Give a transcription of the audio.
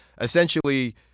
essentially